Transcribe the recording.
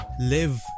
live